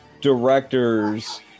directors